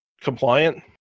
compliant